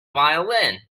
violin